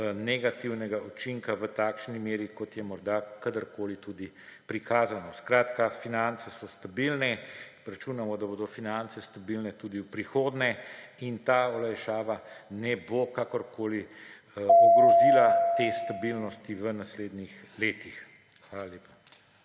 negativnega učinka v takšni meri, kot je morda kadarkoli tudi prikazano. Skratka, finance so stabilne. Računamo, da bodo finance stabilne tudi v prihodnje. In ta olajšava ne bo kakorkoli ogrozila te stabilnosti v naslednjih letih. Hvala lepa.